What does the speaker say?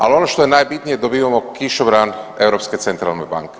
Ali ono što je najbitnije dobivamo kišobran Europske centralne banke.